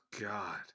God